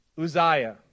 Uzziah